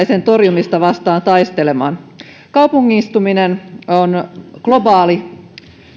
sen torjumista vastaan taistelemaan kaupungistuminen on globaali